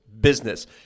business